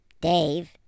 Dave